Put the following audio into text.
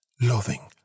loving